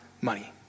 money